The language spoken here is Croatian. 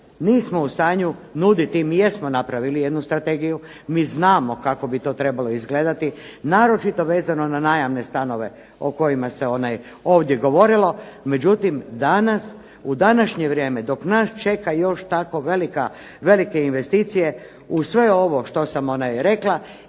nismo u stanju nuditi, mi jesmo napravili jednu strategiju, mi znamo kako bi to trebalo izgledati, naročito vezano na najamne stanove o kojima se ovdje govorilo. Međutim, danas u današnje vrijeme dok nas čeka još tako velike investicije uz sve ovo što sam rekla